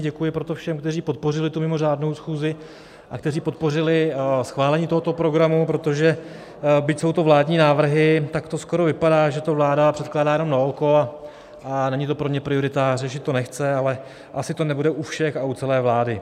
Děkuji proto všem, kteří podpořili mimořádnou schůzi a kteří podpořili schválení tohoto programu, protože byť jsou to vládní návrhy, tak to skoro vypadá, že to vláda předkládá jenom naoko a není to pro ně priorita, řešit to nechce, ale asi to nebude u všech a u celé vlády.